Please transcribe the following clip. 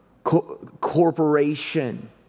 corporation